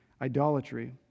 idolatry